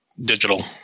digital